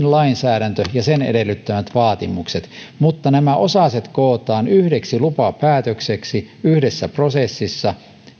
lainsäädäntö ja sen edellyttämät vaatimukset mutta nämä osaset kootaan yhdeksi lupapäätökseksi yhdessä prosessissa